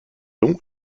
long